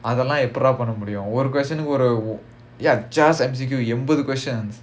அதுலாம் எப்பிடி பண்ண முடியும் ஒரு:athulaam eppidi panna mudiyum oru question கு ஒரு:ku oru ya just M_C_Q ஐம்பது:aimbathu questions